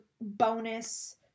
bonus